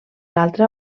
altra